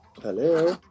Hello